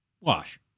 wash